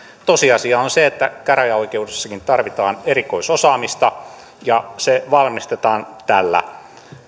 tosiasia on se että käräjäoikeudessakin tarvitaan erikoisosaamista ja se varmistetaan tällä